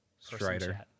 strider